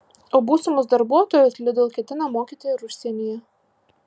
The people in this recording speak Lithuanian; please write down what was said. o būsimus darbuotojus lidl ketina mokyti ir užsienyje